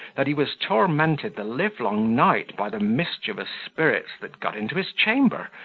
that he was tormented the livelong night by the mischievous spirits that got into his chamber,